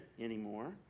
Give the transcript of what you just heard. anymore